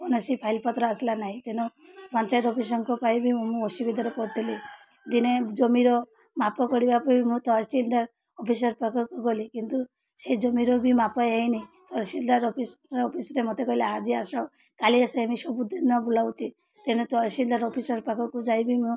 କୌଣସି ଫାଇଲ୍ପତ୍ର ଆସିଲା ନାହିଁ ତେଣୁ ପଞ୍ଚାୟତ ଅଫିସ୍ଙ୍କ ପାଇଁ ବି ମୁଁ ମୁଁ ଅସୁବିଧାରେ ପଡ଼ିଥିଲି ଦିନେ ଜମିର ମାପ କରିବା ପାଇଁ ମୁଁ ତହସିଲଦାର ଅଫିସର୍ ପାଖକୁ ଗଲି କିନ୍ତୁ ସେ ଜମିର ବି ମାପ ହେଇନି ତହସିଲଦାର ଅଫିସ୍ ଅଫିସ୍ରେ ମୋତେ କହିଲେ ଆଜି ଆସ କାଲି ଆସ ଏନ୍ତି ସବୁଦିନ ବୁଲାଉଛି ତେଣୁ ତହସିଲଦାର ଅଫିସର୍ ପାଖକୁ ଯାଇ ବିି ମୁଁ